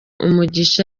umugisha